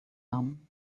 nun